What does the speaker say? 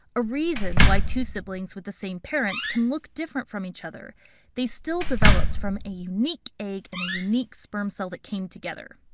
a reason why two siblings with the same parents can look different from each other they still developed from an unique egg and unique sperm cell that came together.